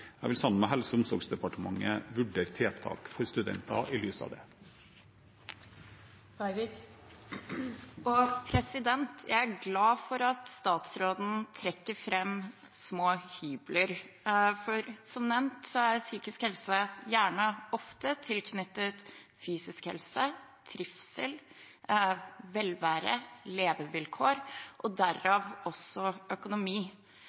lys av det. Jeg er glad for at statsråden trekker fram små hybler, for som nevnt, er psykisk helse gjerne knyttet til fysisk helse, trivsel, velvære, levekår og derav også økonomi.